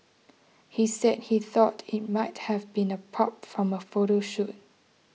he said he thought it might have been a prop from a photo shoot